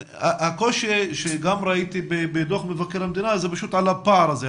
הקושי שגם ראיתי בדוח מבקר המדינה זה פשוט על הפער הזה,